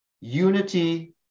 unity